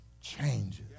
changes